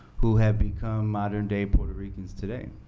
who have become modern day puerto ricans today.